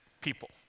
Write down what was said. people